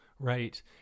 Right